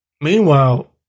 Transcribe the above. Meanwhile